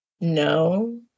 no